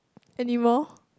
any more